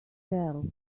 tell